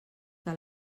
que